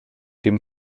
dem